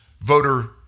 voter